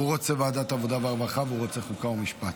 הוא רוצה ועדת העבודה והרווחה והוא רוצה חוקה ומשפט.